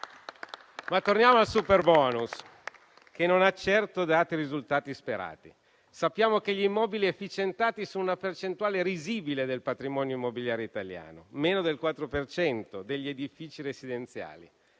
Torniamo però al superbonus, che non ha certo dato i risultati sperati. Sappiamo che gli immobili efficientati sono una percentuale risibile del patrimonio immobiliare italiano, meno del 4 per cento degli edifici residenziali,